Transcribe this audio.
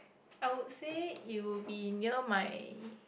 I would say it would be near my